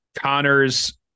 Connor's